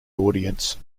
audience